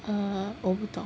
err 我不懂